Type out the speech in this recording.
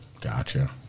gotcha